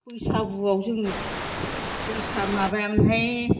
बैसागुआव जोङो माबायामोनहाय